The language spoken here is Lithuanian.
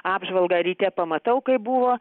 apžvalgą ryte pamatau kaip buvo